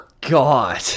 God